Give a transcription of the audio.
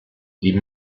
die